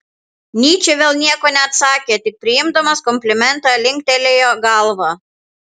nyčė vėl nieko neatsakė tik priimdamas komplimentą linktelėjo galva